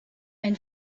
ein